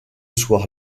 soir